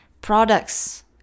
products